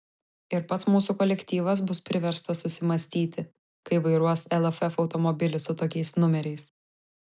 ir pats mūsų kolektyvas bus priverstas susimąstyti kai vairuos lff automobilį su tokiais numeriais